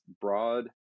broad